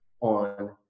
on